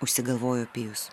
užsigalvojo pijus